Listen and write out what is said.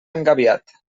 engabiat